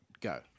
go